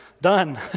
done